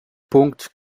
punkt